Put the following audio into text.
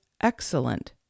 excellent